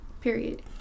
period